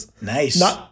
Nice